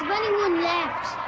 anyone left.